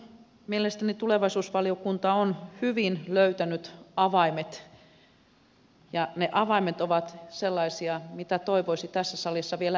mielestäni tulevaisuusvaliokunta on hyvin löytänyt avaimet ja ne avaimet ovat sellaisia mitä toivoisi tässä salissa vielä enemmän käytettävän